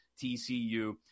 TCU